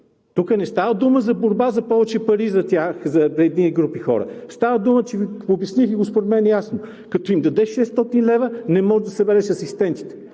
Тук не става дума за борба за повече пари за едни групи хора. Става дума – обясних Ви го според мен ясно, като им дадеш 600 лв., не можеш да събереш асистентите.